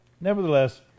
Nevertheless